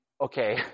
okay